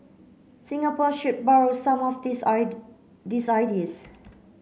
Singapore should borrow some of these these ideas